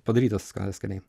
padarytas ska skaniai